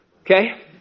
Okay